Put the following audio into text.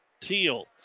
Teal